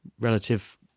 relative